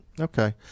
Okay